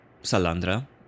Salandra